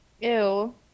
ew